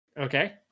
okay